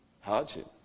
Hardship